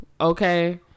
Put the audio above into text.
okay